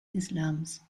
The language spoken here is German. islams